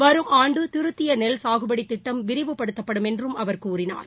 வரும் ஆண்டு திருத்திய நெல் சாகுபடி திட்டம் விரிவுபடுத்தப்படும் என்றும் அவர் கூறினார்